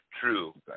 true